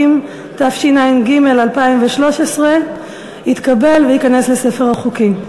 70), התשע"ג 2013, התקבל וייכנס לספר החוקים.